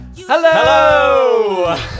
Hello